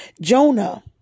Jonah